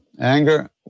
Anger